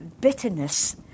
bitterness